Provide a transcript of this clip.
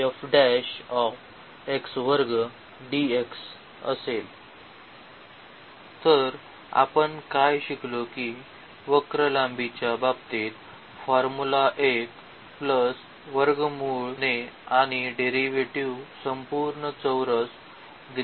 वक्राची लांबी तर आपण काय शिकलो की वक्र लांबीच्या बाबतीत फॉर्म्युला 1 प्लसच्या वर्गमूलने आणि हे डेरिव्हेटिव्ह संपूर्ण चौरस दिले आहे